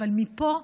מפה,